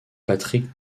patrick